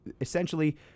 essentially